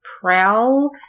prowl